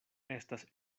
estas